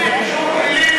זה יותר חמור.